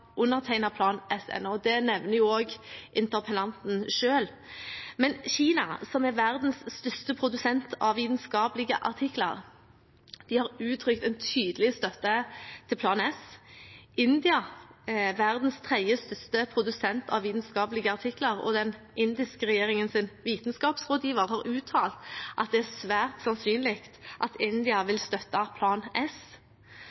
Plan S ennå – det nevnte også interpellanten – men Kina, som er verdens største produsent av vitenskapelige artikler, har uttrykt tydelig støtte til Plan S. India er verdens tredje største produsent av vitenskapelige artikler, og den indiske regjeringens vitenskapsrådgiver har uttalt at det er svært sannsynlig at India